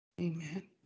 Amen